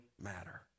matter